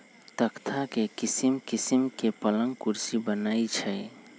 तकख्ता से किशिम किशीम के पलंग कुर्सी बनए छइ